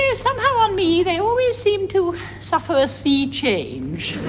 yeah somehow on me they always seem to suffer a sea change.